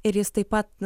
ir jis taip pat